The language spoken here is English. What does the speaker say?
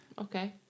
okay